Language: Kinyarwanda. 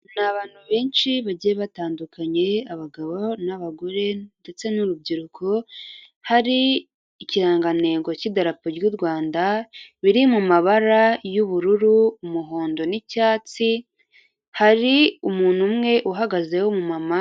Ni abantu benshi bagiye batandukanye; abagabo n'abagore ndetse n'urubyiruko, hari ikirangantengo cy'idarapo ry'u Rwanda, biri mu mabara y'ubururu, umuhondo n'icyatsi, hari umuntu umwe uhagazeho w'umu mama.